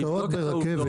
השקעות ברכבת